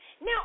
Now